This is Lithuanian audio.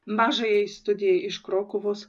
mažajai studijai iš krokuvos